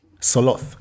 Soloth